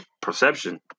perception